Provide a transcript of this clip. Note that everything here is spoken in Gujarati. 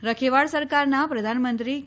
રખેવાળ સરકારના પ્રધાનમંત્રી કે